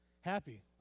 happy